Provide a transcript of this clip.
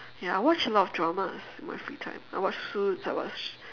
ya I watch a lot of dramas in my free time I watch suit's I watch